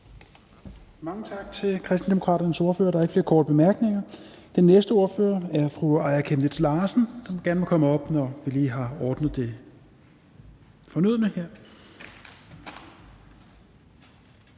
Mange tak til Kristendemokraternes ordfører. Der er ikke flere korte bemærkninger. Den næste ordfører er fru Aaja Chemnitz Larsen, som gerne må komme herop, når vi har ordnet den fornødne